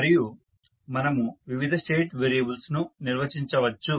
మరియు మనము వివిధ స్టేట్ వేరియబుల్స్ ను నిర్వచించవచ్చు